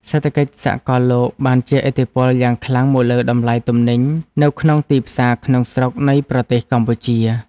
សេដ្ឋកិច្ចសកលលោកបានជះឥទ្ធិពលយ៉ាងខ្លាំងមកលើតម្លៃទំនិញនៅក្នុងទីផ្សារក្នុងស្រុកនៃប្រទេសកម្ពុជា។